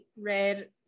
read